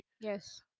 Yes